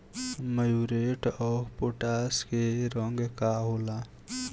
Muriate of potash के रंग का होला?